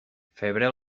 febrer